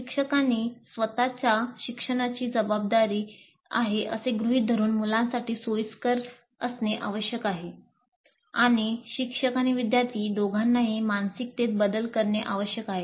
शिक्षकांनी स्वत च्या शिक्षणाची जबाबदारी आहे असे गृहित धरुन मुलांसाठी सोयीस्कर असणे आवश्यक आहे आणि शिक्षक आणि विद्यार्थी दोघांनाही मानसिकतेत बदल करणे आवश्यक आहे